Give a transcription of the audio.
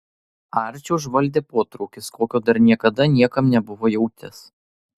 arčį užvaldė potraukis kokio dar niekada niekam nebuvo jautęs